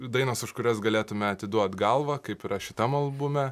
dainos už kurias galėtume atiduot galvą kaip yra šitam albume